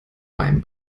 beim